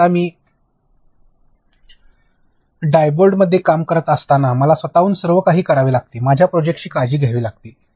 तर आत्ता मी डायबॉल्डमध्ये काम करत असताना मला स्वतःहून सर्व काही करावे लागते माझ्या प्रोजेक्टची काळजी घ्यावी लागते